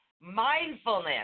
mindfulness